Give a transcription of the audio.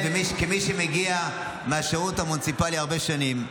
כמי שמגיע מהשירות המוניציפלי הרבה שנים,